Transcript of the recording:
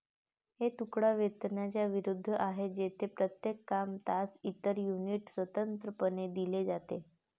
हे तुकडा वेतनाच्या विरुद्ध आहे, जेथे प्रत्येक काम, तास, इतर युनिट स्वतंत्रपणे दिले जाते